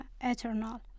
eternal